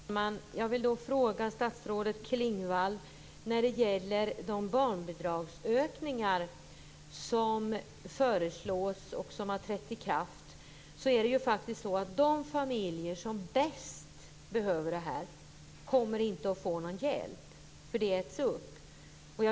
Herr talman! Jag vill ställa en fråga till statsrådet Klingvall angående de ökningar i barnbidragen som har föreslagits och har trätt i kraft. De familjer som bäst behöver bidragen kommer inte att få någon hjälp. De äts upp.